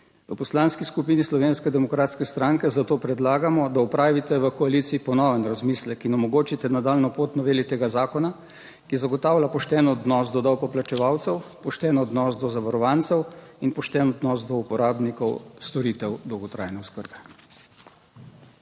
V Poslanski skupini Slovenske demokratske stranke zato predlagamo, da opravite v koaliciji ponoven razmislek in omogočite nadaljnjo pot noveli tega zakona, ki zagotavlja pošten odnos do davkoplačevalcev, pošten odnos do zavarovancev in pošten odnos do uporabnikov storitev dolgotrajne oskrbe.